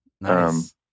Nice